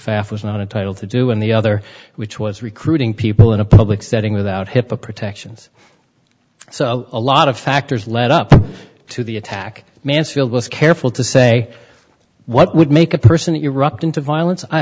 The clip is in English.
was not entitled to do and the other which was recruiting people in a public setting without hipaa protections so a lot of factors led up to the attack mansfield was careful to say what would make a person erupt into violence i